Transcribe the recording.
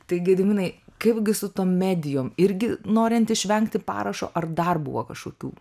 tai gediminai kaipgi su tom medijom irgi norint išvengti parašo ar dar buvo kažkokių